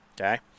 okay